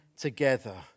together